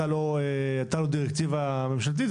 אתה לא הנציג הממשלתי.